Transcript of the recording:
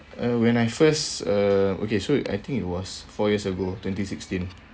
uh when I first uh okay so I think it was four years ago twenty sixteen